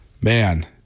Man